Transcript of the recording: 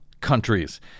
countries